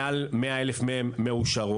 מעל 100 אלף מהן מאושרות.